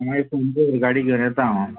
होय सोमतो गाडी घेवन येता हांव